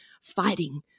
fighting